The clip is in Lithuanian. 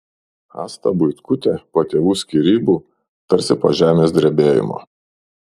asta buitkutė po tėvų skyrybų tarsi po žemės drebėjimo